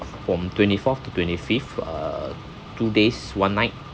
from twenty fourth to twenty fifth uh two days one night